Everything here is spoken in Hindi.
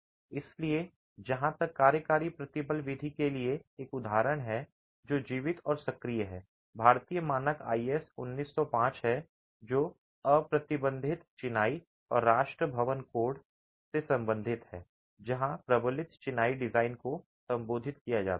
इसलिए जहाँ तक कार्यकारी प्रतिबल विधि के लिए एक उदाहरण है जो जीवित और सक्रिय है भारतीय मानक आईएस 1905 हैं जो अप्रतिबंधित चिनाई और राष्ट्रीय भवन कोड एनबीसी 2016 से संबंधित है जहाँ प्रबलित चिनाई डिजाइन को संबोधित किया गया है